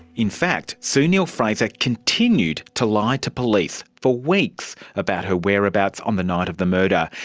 in fact sue neill-fraser continued to lie to police for weeks about her whereabouts on the night of the murder,